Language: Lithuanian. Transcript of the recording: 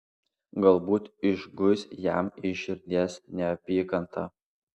galbūt išguis jam iš širdies neapykantą